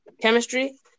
Chemistry